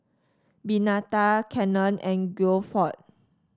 Benita Cannon and Guilford